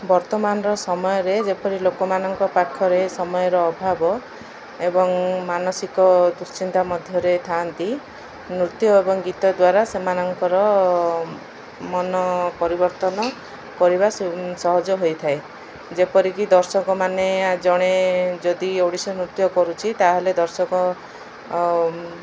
ବର୍ତ୍ତମାନର ସମୟରେ ଯେପରି ଲୋକମାନଙ୍କ ପାଖରେ ସମୟର ଅଭାବ ଏବଂ ମାନସିକ ଦୁଶ୍ଚିନ୍ତା ମଧ୍ୟରେ ଥାଆନ୍ତି ନୃତ୍ୟ ଏବଂ ଗୀତ ଦ୍ୱାରା ସେମାନଙ୍କର ମନ ପରିବର୍ତ୍ତନ କରିବା ସହଜ ହୋଇଥାଏ ଯେପରିକି ଦର୍ଶକମାନେ ଜଣେ ଯଦି ଓଡ଼ିଶୀ ନୃତ୍ୟ କରୁଛି ତାହେଲେ ଦର୍ଶକ